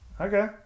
Okay